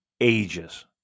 ages